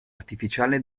artificiale